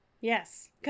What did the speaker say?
Yes